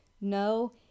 No